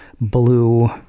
blue